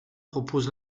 propose